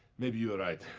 maybe you're right.